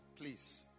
please